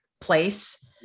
place